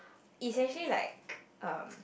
it's actually like um